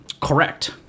Correct